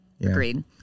Agreed